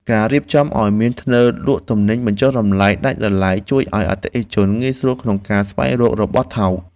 ការរៀបចំឱ្យមានធ្នើរលក់ទំនិញបញ្ចុះតម្លៃដាច់ដោយឡែកជួយឱ្យអតិថិជនងាយស្រួលក្នុងការស្វែងរករបស់ថោក។